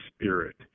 spirit